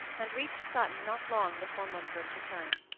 and reached sutton not long before mumford's return.